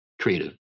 creative